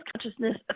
Consciousness